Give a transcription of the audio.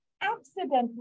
accidentally